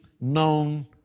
known